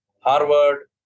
Harvard